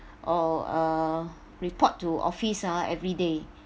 or uh report to office ah every day